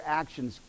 actions